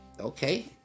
Okay